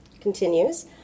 continues